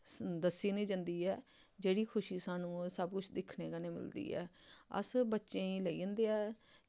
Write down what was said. दस्सी निं जंदी ऐ जेह्ड़ी खुशी सानूं ओह् सब कुछ दिक्खने कन्नै मिलदी ऐ अस बच्चें गी लेई जंदे ऐ